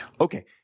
Okay